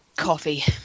Coffee